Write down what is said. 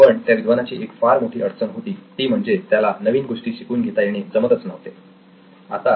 पण त्या विद्वानाची एक फार मोठी अडचण होती ती म्हणजे त्याला नवीन गोष्टी शिकून घेता येणे समजतच नव्हते आणि जमतच नव्हते